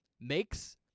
makes